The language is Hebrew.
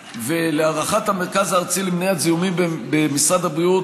ולהערכת המרכז הארצי למניעת זיהומים במשרד הבריאות,